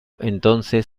entonces